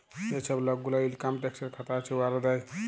যে ছব লক গুলার ইলকাম ট্যাক্সের খাতা আছে, উয়ারা দেয়